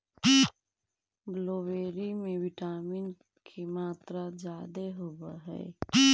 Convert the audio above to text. blueberry में vitamin के मात्रा जादे होब हई